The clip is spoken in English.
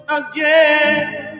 again